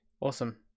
Awesome